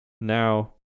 Now